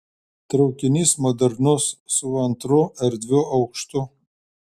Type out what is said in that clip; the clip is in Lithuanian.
traukinys modernus su antru erdviu aukštu